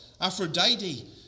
Aphrodite